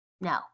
No